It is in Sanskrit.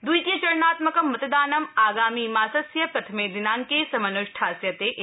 द्वितीय चरणात्मकं मतदानम् आगामि मासस्य प्रथमे दिनाङ्के समनुष्ठास्यते इति